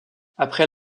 après